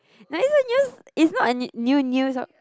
no it's a news it's not a new news or